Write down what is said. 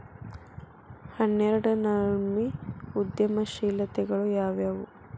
ಹನ್ನೆರ್ಡ್ನನಮ್ನಿ ಉದ್ಯಮಶೇಲತೆಗಳು ಯಾವ್ಯಾವು